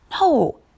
No